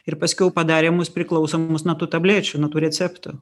ir paskiau padarė mus priklausomus nuo tų tablečių nuo tų receptų